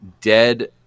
dead